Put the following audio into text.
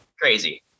crazy